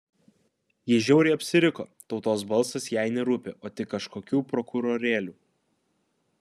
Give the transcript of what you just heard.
ji žiauriai apsiriko tautos balsas jai nerūpi o tik kažkokių prokurorėlių